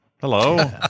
Hello